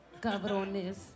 cabrones